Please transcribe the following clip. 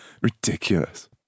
Ridiculous